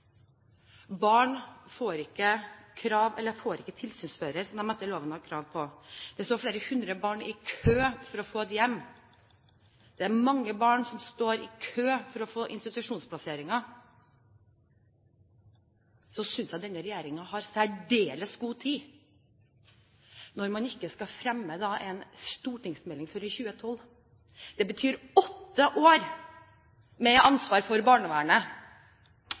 får ikke tilsynsfører, som de etter loven har krav på, det står flere hundre barn i kø for å få et hjem, det er mange barn som står i kø for å få institusjonsplasseringer – så synes jeg denne regjeringen har særdeles god tid når man ikke skal fremme en stortingsmelding før i 2012. Det betyr åtte år med ansvar for barnevernet